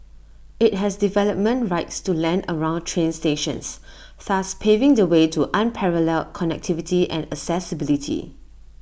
IT has development rights to land around train stations thus paving the way to unparalleled connectivity and accessibility